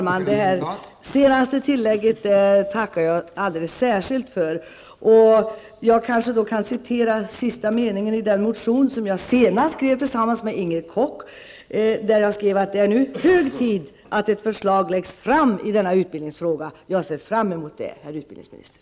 Fru talman! Jag vill tacka alldeles särskilt för det senaste tillägget. I den motion som jag senast avgav tillsammans med Inger Koch skrev vi att det nu är hög tid att ett förslag läggs fram i denna utbildningsfråga. Jag ser fram emot ett sådant förslag, herr utbildningsminister.